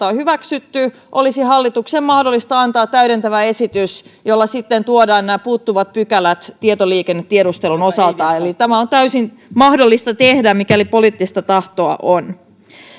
on hyväksytty olisi hallituksen mahdollista antaa täydentävä esitys jolla sitten tuotaisiin nämä puuttuvat pykälät tietoliikennetiedustelun osalta eli tämä on täysin mahdollista tehdä mikäli poliittista tahtoa on